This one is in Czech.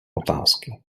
otázky